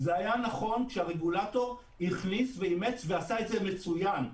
זה היה נכון כשהרגולטור החליף ועשה את זה מצוין,